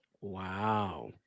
Wow